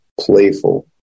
playful